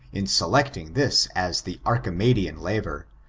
in selecting this as the archimedian lever,